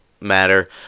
matter